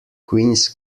queens